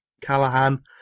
Callahan